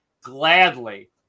gladly